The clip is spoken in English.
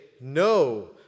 no